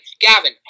Gavin